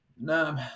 No